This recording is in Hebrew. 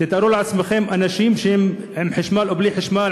תתארו לעצמכם אנשים שהם עם חשמל או בלי חשמל,